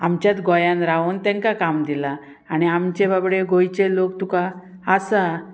आमच्याच गोंयान रावोन तेंकां काम दिलां आणी आमचे बाबडे गोंयचे लोक तुका आसा